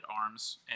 arms